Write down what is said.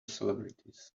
celebrities